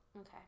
Okay